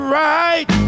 right